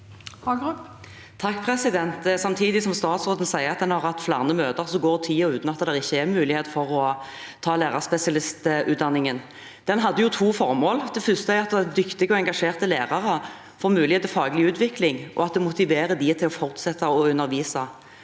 (H) Samtidig som statsråden sier at en har hatt flere møter, går tiden uten at det er mulighet for å ta lærerspesialistutdanning. Den hadde to formål. Det første var at dyktige og engasjerte lærere får mulighet til faglig utvikling og å motivere dem til å fortsette med å undervise.